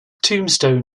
tombstone